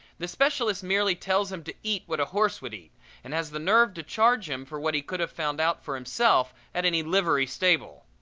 the specialist merely tells him to eat what a horse would eat and has the nerve to charge him for what he could have found out for himself at any livery stable.